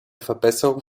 verbesserung